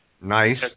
Nice